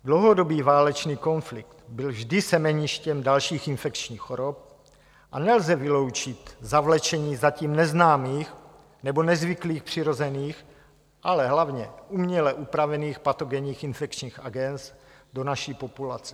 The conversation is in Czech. Dlouhodobý válečný konflikt byl vždy semeništěm dalších infekčních chorob a nelze vyloučit zavlečení zatím neznámých nebo nezvyklých přirozených, ale hlavně uměle upravených patogenních infekčních agens do naší populace.